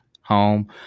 home